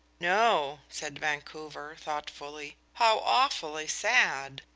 no, said vancouver, thoughtfully. how awfully sad!